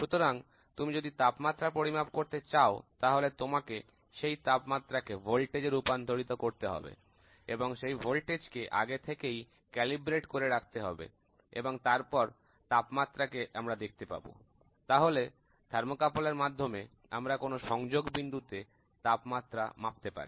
সুতরাং তুমি যদি তাপমাত্রা পরিমাপ করতে চাও তাহলে তোমাকে সেই তাপমাত্রাকে ভোল্টেজে রূপান্তরিত করতে হবে এবং সেই ভোল্টেজকে আগে থেকেই ক্যালিব্রেট করে রাখতে হবে এবং তারপর তাপমাত্রাকে আমরা দেখতে পাব তাহলে থার্মোকাপল এর মাধ্যমে আমরা কোন সংযোগ বিন্দুতে তাপমাত্রা মাপতে পারি